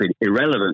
irrelevant